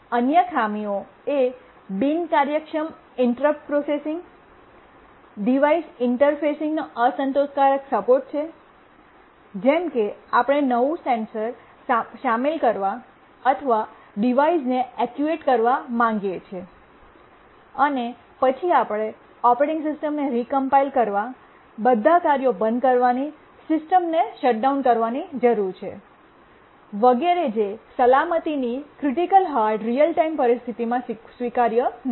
અન્ય ખામીઓ એ બિનકાર્યક્ષમ ઇન્ટરપ્ટ પ્રોસેસીંગ ડિવાઇસ ઇંટરફેસિંગનો અસંતોષકારક સપોર્ટ છે જેમ કે આપણે નવું સેન્સર શામેલ કરવા અથવા ડિવાઇસને ઐક્ચૂએટ કરવા માગીએ છીએ અને પછી આપણે ઓપરેટિંગ સિસ્ટમને રીકમ્પાઇલ કરવા બધા કાર્યો બંધ કરવાની સિસ્ટમને બંધ કરવાની જરૂર છે વગેરે જે સલામતીની ક્રિટિકલ હાર્ડ રીઅલ ટાઇમ પરિસ્થિતિમાં સ્વીકાર્ય નથી